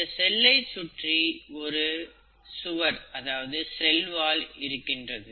இந்த செல்லை சுற்றி ஒரு சுவர் இருக்கிறது